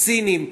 הסינים,